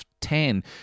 ten